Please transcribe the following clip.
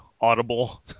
audible